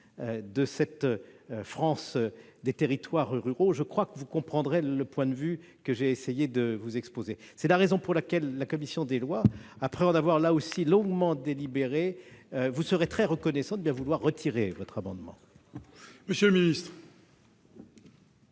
de cette France des territoires ruraux, vous comprendrez le point de vue que j'ai essayé de vous exposer. C'est la raison pour laquelle la commission des lois, après en avoir là aussi longuement délibéré, vous serait très reconnaissante de bien vouloir retirer votre amendement. Quel est